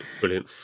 Brilliant